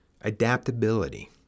Adaptability